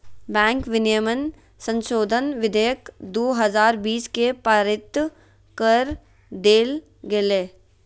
bank विनियमन संशोधन विधेयक दू हजार बीस के पारित कर देल गेलय